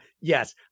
yes